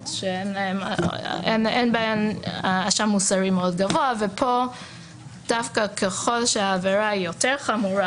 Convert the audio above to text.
שאין בהן אשם מוסרי מאוד גבוה ודווקא ככל שהעבירה יותר חמורה,